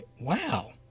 Wow